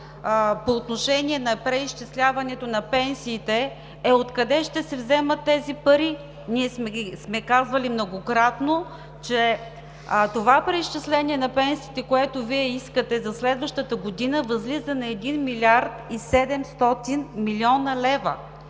по отношение на преизчисляването на пенсиите е: откъде ще се вземат тези пари? Ние сме казвали многократно, че това преизчисление на пенсиите, което Вие искате за следващата година, възлиза на 1 млрд. 700 млн. лв.